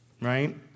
right